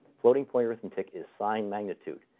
floating-point arithmetic is sign magnitude,